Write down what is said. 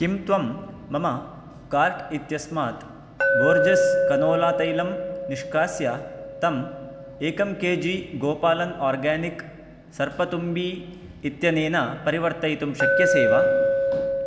किं त्वं मम कार्ट् इत्यस्मात् बोर्जेस् कनोला तैलं निष्कास्य तम् एकं के जी गोपालन् आर्गानिक् सर्पतुम्बी इत्यनेन परिवर्तयितुं शक्यसे वा